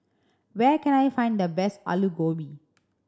where can I find the best Alu Gobi